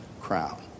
crown